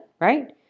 right